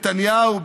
נתניהו,